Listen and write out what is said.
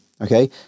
okay